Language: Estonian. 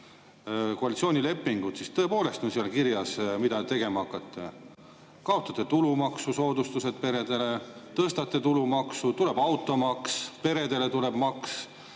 koalitsioonilepingut, siis tõepoolest on seal kirjas, mida te tegema hakkate. Kaotate tulumaksusoodustused peredele, tõstate tulumaksu, tuleb automaks, peredele tuleb maks,